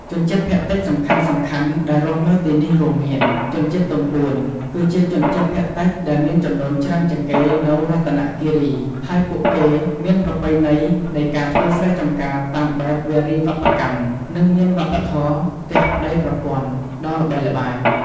ជនជាតិភាគតិចសំខាន់ៗដែលរស់នៅទីនេះរួមមាន ជនជាតិទំពួន គឺជាជនជាតិភាគតិចដែលមានចំនួនច្រើនជាងគេនៅរតនគិរី ហើយពួកគេមានប្រពៃណីនៃការធ្វើស្រែចម្ការតាមបែបវារីវប្បកម្ម និងមានវប្បធម៌ "ផ្ទះប្ដីប្រពន្ធ" ដ៏ល្បីល្បាញ។